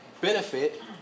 benefit